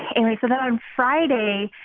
and so then on friday,